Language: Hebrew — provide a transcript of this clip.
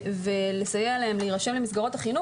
ולסייע להם להירשם למסגרות החינוך.